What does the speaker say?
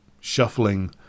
shuffling